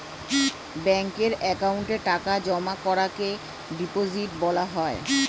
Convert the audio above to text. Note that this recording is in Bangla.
ব্যাঙ্কের অ্যাকাউন্টে টাকা জমা করাকে ডিপোজিট করা বলা হয়